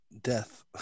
death